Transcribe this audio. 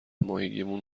ماهگیمون